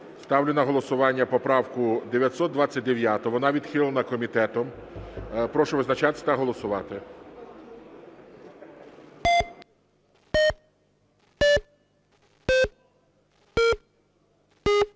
Ставлю на голосування поправку 929, вона відхилена комітетом. Прошу визначатись та голосувати.